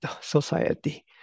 society